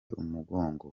umugongo